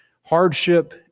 hardship